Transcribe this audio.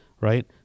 right